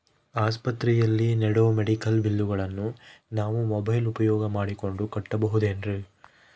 ಆಸ್ಪತ್ರೆಯಲ್ಲಿ ನೇಡೋ ಮೆಡಿಕಲ್ ಬಿಲ್ಲುಗಳನ್ನು ನಾವು ಮೋಬ್ಯೆಲ್ ಉಪಯೋಗ ಮಾಡಿಕೊಂಡು ಕಟ್ಟಬಹುದೇನ್ರಿ?